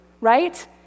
right